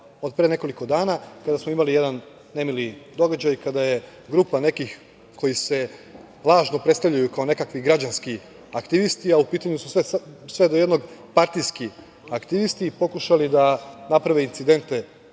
od pre nekoliko dana, kada smo imali jedan nemili događaj, kada je grupa nekih koji se lažno predstavljaju kao nekakvi građanski aktivisti, a u pitanju su sve do jednog partijski aktivisti, pokušali da naprave incidente